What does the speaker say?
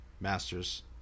Masters